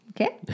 Okay